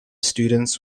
students